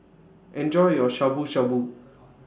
Enjoy your Shabu Shabu